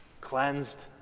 cleansed